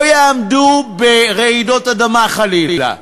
לא יעמדו ברעידות אדמה, חלילה,